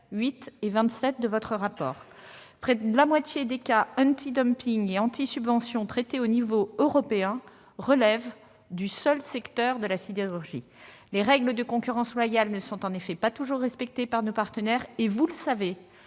8 et 27 de votre rapport. Près de la moitié des cas anti-dumping ou anti-subvention traités à l'échelon européen relèvent du seul secteur de la sidérurgie. Les règles de concurrence loyale ne sont en effet pas toujours respectées par nos partenaires. Vous le savez,